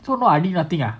so now I did nothing ah